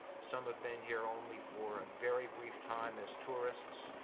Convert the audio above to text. some have been here only for a very brief time as tourists.